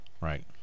right